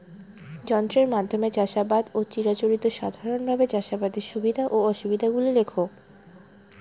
যন্ত্রের মাধ্যমে চাষাবাদ ও চিরাচরিত সাধারণভাবে চাষাবাদের সুবিধা ও অসুবিধা গুলি লেখ?